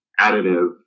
Additive